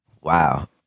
Wow